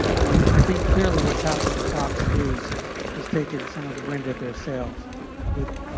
i mean i think clearly what's happened at fox news has taken some of the wind at their sails with